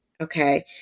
okay